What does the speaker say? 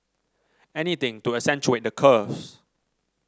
anything to accentuate the curves